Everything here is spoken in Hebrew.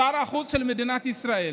שר החוץ של מדינת ישראל